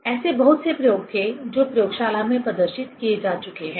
ऐसे बहुत से प्रयोग थे जो प्रयोगशाला में प्रदर्शित किए जा चुके हैं